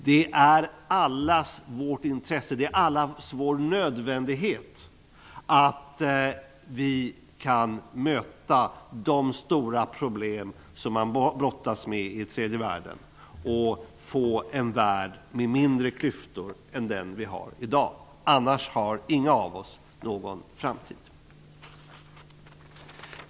Det är allas vår nödvändighet att vi kan möta de stora problem som man brottas med i tredje världen och få en värld med mindre klyftor än vi har i dag. Annars har ingen av oss någon framtid.